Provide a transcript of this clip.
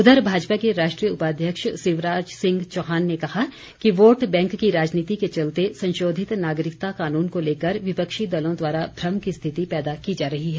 उधर भाजपा के राष्ट्रीय उपाध्यक्ष शिवराज सिंह चौहान ने कहा कि वोट बैंक की राजनीति के चलते संशोधित नागरिकता कानून को लेकर विपक्षी दलों द्वारा भ्रम की स्थिति पैदा की जा रही है